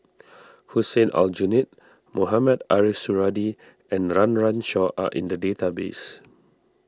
Hussein Aljunied Mohamed Ariff Suradi and Run Run Shaw are in the database